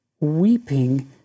weeping